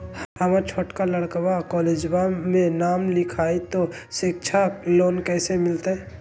हमर छोटका लड़कवा कोलेजवा मे नाम लिखाई, तो सिच्छा लोन कैसे मिलते?